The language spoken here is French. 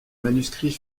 manuscrits